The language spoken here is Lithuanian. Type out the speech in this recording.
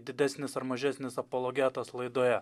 didesnis ar mažesnis apologetas laidoje